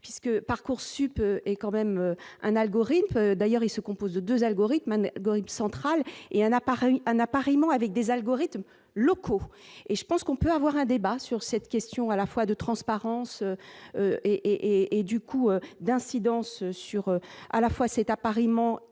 puisque Parcoursup est quand même un algorithme, d'ailleurs, il se compose de 2 algorithmes central et un appareil un appariement avec des algorithmes locaux et je pense qu'on peut avoir un débat sur cette question à la fois de transparence et et du coup d'incidence sur à la fois cet appariement